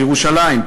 בירושלים,